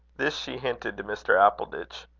this she hinted to mr. appleditch.